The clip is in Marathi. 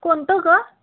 कोणतं गं